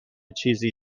چیزی